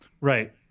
Right